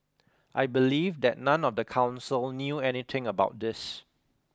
I believe that none of the council knew anything about this